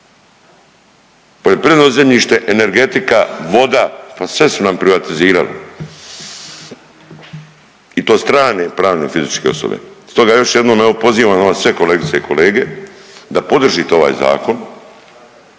Poljoprivredno zemljište, energetika, voda, pa sve su nam privatizirali i to strane pravne i fizičke osobe. Stoga još jednom evo pozivam vas sve kolegice i kolege da podržite ovaj zakon,